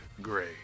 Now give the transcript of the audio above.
Gray